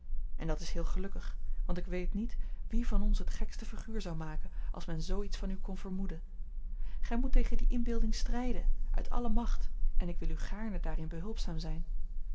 en dat is heel gelukkig want ik weet niet wie van ons het gekste figuur zou maken als men zoo iets van u kon vermoeden gij moet tegen die inbeelding strijden uit alle macht en ik wil u gaarne daarin behulpzaam zijn